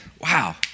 wow